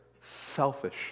selfish